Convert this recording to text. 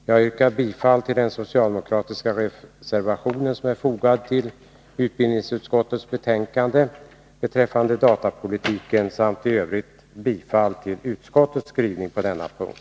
Jag yrkar bifall till den socialdemokratiska reservation som är fogad till utbildningsutskottets betänkande beträffande datapolitiken samt i övrigt bifall till utskottets skrivning på denna punkt.